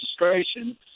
registration